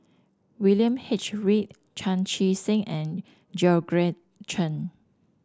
William H Read Chan Chee Seng and Georgette Chen